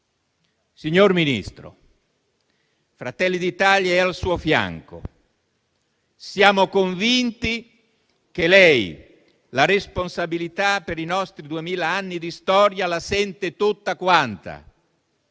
Signor Ministro, Fratelli d'Italia è al suo fianco. Siamo convinti che lei la responsabilità per i nostri duemila anni di storia la senta tutta,